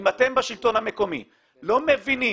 אם אתם בשלטון המקומי לא מבינים